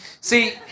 See